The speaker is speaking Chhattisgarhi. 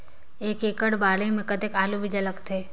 एक एकड़ बाड़ी मे कतेक आलू बीजा लगथे?